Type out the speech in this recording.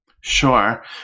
Sure